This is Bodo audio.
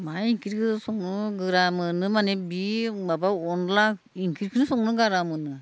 मा ओंख्रिखौ संनो गोरा मोनो माने बे माबा अनद्ला ओंख्रिखौनो संनो गोरा मोनो